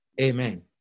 Amen